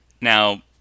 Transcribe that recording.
Now